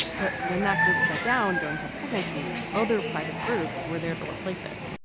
but when that group shut down during her pregnancy, other private groups were there to replace it.